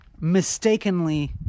mistakenly